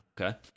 Okay